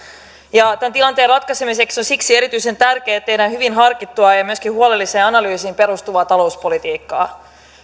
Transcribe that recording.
tämän tilanteen ratkaisemiseksi on siksi erityisen tärkeää että tehdään hyvin harkittua ja ja myöskin huolelliseen analyysiin perustuvaa talouspolitiikkaa